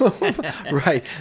Right